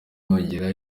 yongera